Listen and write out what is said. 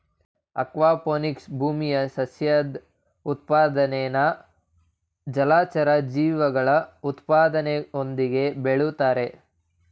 aquaponics ಭೂಮಿಯ ಸಸ್ಯದ್ ಉತ್ಪಾದನೆನಾ ಜಲಚರ ಜೀವಿಗಳ ಉತ್ಪಾದನೆಯೊಂದಿಗೆ ಬೆಳುಸ್ತಾರೆ